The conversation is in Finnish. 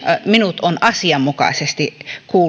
hänet on asianmukaisesti